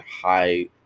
high